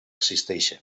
existeixen